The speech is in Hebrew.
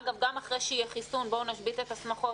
אגב, גם אחרי שיהיה חיסון, בואו נשבית את השמחות.